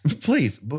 Please